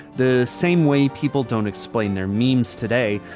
the same way people don't explain their memes today,